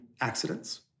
accidents